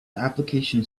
application